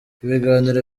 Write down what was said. ibiganiro